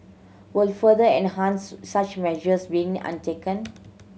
will further enhance such measures being untaken